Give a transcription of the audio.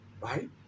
right